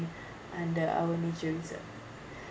under our nature reserve